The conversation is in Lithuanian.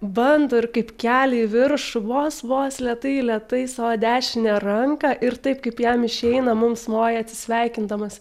bando ir kaip kelia į viršų vos vos lėtai lėtai savo dešinę ranką ir taip kaip jam išeina mums moja atsisveikindamas